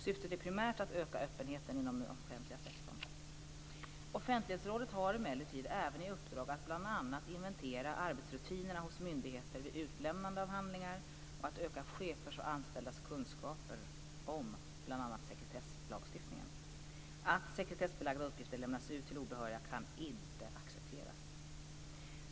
Syftet är primärt att öka öppenheten inom den offentliga sektorn. Offentlighetsrådet har emellertid även i uppdrag att bl.a. inventera arbetsrutinerna hos myndigheter vid utlämnade av handlingar och att öka chefers och anställdas kunskaper om bl.a. sekretesslagstiftningen. Att sekretessbelagda uppgifter lämnas ut till obehöriga kan inte accepteras.